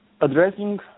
addressing